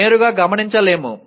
నేరుగా గమనించలేము